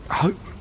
hope